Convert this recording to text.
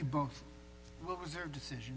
you both decision